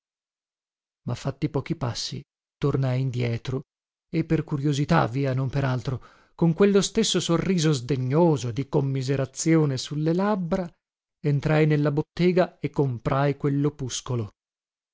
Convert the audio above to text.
ma fatti pochi passi tornai indietro e per curiosità via non per altro con quello stesso sorriso sdegnoso e di commiserazione su le labbra entrai nella bottega e comprai quellopuscolo